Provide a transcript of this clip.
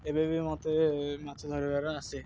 ଏବେ ବି ମତେ ମାଛ ଧରିବାର ଆସେ